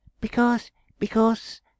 Because—because—